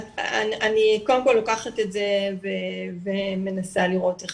אני קודם כל לוקחת את זה ומנסה לראות איך